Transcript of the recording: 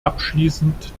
abschließend